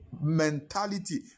mentality